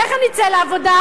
איך אני אצא לעבודה?